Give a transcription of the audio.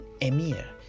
emir